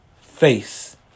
face